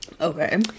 Okay